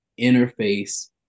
interface